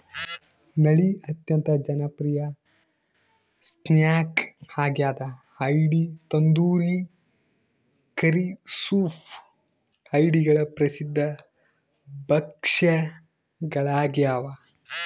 ನಳ್ಳಿ ಅತ್ಯಂತ ಜನಪ್ರಿಯ ಸ್ನ್ಯಾಕ್ ಆಗ್ಯದ ಏಡಿ ತಂದೂರಿ ಕರಿ ಸೂಪ್ ಏಡಿಗಳ ಪ್ರಸಿದ್ಧ ಭಕ್ಷ್ಯಗಳಾಗ್ಯವ